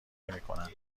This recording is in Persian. نمیکنند